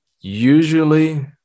Usually